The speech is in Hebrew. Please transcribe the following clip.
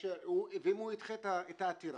ואם הוא ידחה את העתירה,